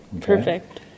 perfect